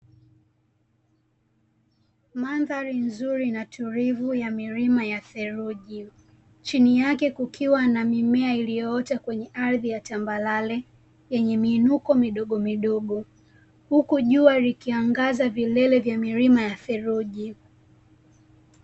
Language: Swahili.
Mandhari nzuri na tulivu ya milima ya theluji, chini yake kukiwa na mimea iliyoota kwenye ardhi ya tambarare yenye miinuko midogo midogo. Huku jua likiangaza vilele vya milima ya theluji.